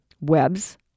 webs